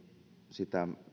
sitä